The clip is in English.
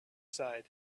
side